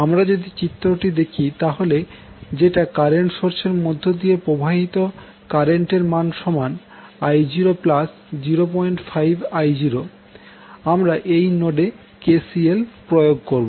আমরা যদি চিত্রটি দেখি তাহলে যেটা কারেন্ট সোর্স এর মধ্য দিয়ে প্রবাহিত কারেন্ট এর মান সমান I0 05 I0 আমরা এই নোডে KCL প্রয়োগ করব